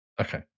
Okay